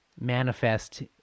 manifest